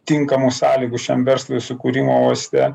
tinkamų sąlygų šiam verslui sukūrimo uoste